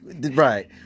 right